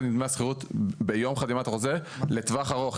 עם דמי השכירות ביום חתימת החוזה לטווח ארוך.